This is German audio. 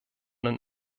den